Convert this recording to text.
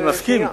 אני מסכים.